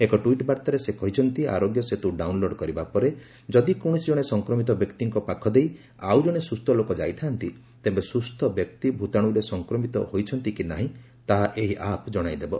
ଏକ ଟ୍ୱିଟ୍ ବାର୍ଭାରେ ସେ କହିଛନ୍ତି ଆରୋଗ୍ୟ ସେତୁ ଡାଉନ୍ଲୋଡ କରିବା ପରେ ଯଦି କୌଣସି ଜଣେ ସଂକ୍ରମିତ ବ୍ୟକ୍ତିଙ୍କ ପାଖ ଦେଇ ଆଉଜଣେ ସୁସ୍ଥ ଲୋକ ଯାଇଥାନ୍ତି ତେବେ ସୁସ୍ଥ ବ୍ୟକ୍ତି ଭୂତାଶୁରେ ସଂକ୍ରମିତ ହୋଇଛନ୍ତି କି ନାହିଁ ତାହା ଏହି ଆପ୍ ଜଣାଇଦେବ